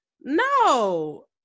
no